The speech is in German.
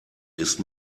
ist